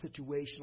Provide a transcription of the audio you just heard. situational